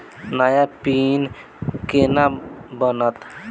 नया पिन केना बनत?